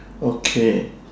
okay